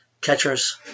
catchers